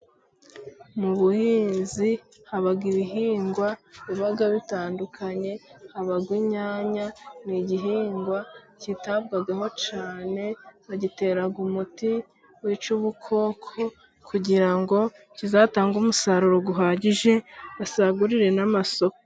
Mu buhinzi haba ibihingwa biba bitandukanye, haba inyanya, ni igihingwa kitabwaho cyane, bagitera umuti wica ubukoko, kugira ngo kizatange umusaruro uhagije, basagurire n'amasoko.